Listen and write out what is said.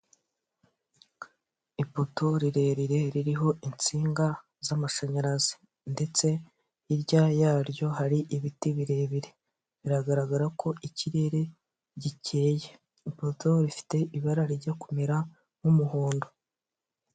Ipoto rirerire ririho insinga z'amashanyarazi, ndetse hirya yaryo hari ibiti birebire. Biragaragara ko ikirere gikeye. Ipoto ifite ibara rijya kumera nk'umuhondo.